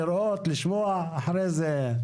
לראות לשמוע ואחרי זה.